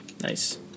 Nice